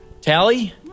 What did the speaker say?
Tally